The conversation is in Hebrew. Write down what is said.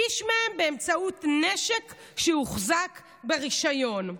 שליש מהן באמצעות נשק שהוחזק ברישיון.